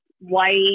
White